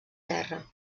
terra